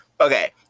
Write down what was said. Okay